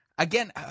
Again